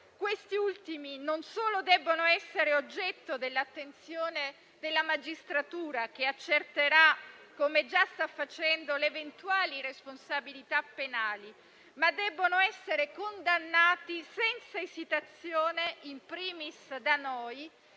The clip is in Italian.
Questi ultimi non solo devono essere oggetto dell'attenzione della magistratura, che accerterà - come già sta facendo - le eventuali responsabilità penali, ma debbono essere condannati senza esitazione, *in primis* da noi,